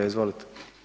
Izvolite.